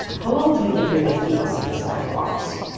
how long do you figure they'll keep us in this iron box?